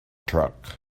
truck